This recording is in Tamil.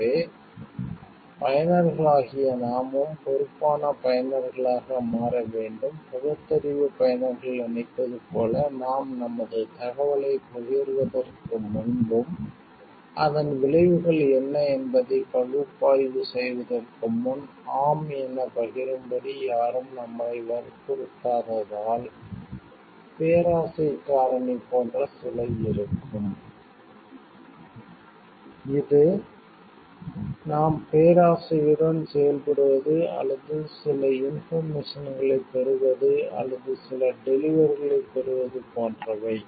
எனவே பயனர்களாகிய நாமும் பொறுப்பான பயனர்களாக மாற வேண்டும் பகுத்தறிவு பயனர்கள் நினைப்பது போல நாம் நமது தகவலைப் பகிர்வதற்கு முன்பும் அதன் விளைவுகள் என்ன என்பதை பகுப்பாய்வு செய்வதற்கும் முன் ஆம் என பகிரும்படி யாரும் நம்மை வற்புறுத்தாததால் பேராசை காரணி போன்ற சில இருக்கும் இது நாம் பேராசையுடன் செயல்படுவது அல்லது சில இன்போர்மேசன்களைப் பெறுவது அல்லது சில டெலிவரிகளைப் பெறுவது போன்றவை